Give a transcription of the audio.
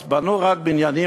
אז בנו רק בניינים,